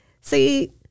See